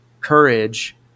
courage